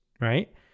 right